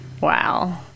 Wow